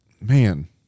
man